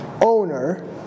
owner